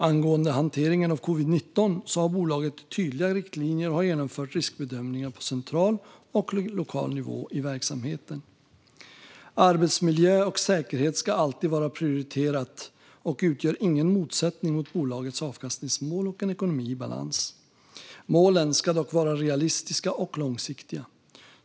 Angående hanteringen av covid-19 har bolaget tydliga riktlinjer och har genomfört riskbedömningar på central och lokal nivå i verksamheten. Arbetsmiljö och säkerhet ska alltid vara prioriterat och utgör ingen motsättning mot bolagets avkastningsmål och en ekonomi i balans. Målen ska dock vara realistiska och långsiktiga.